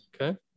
Okay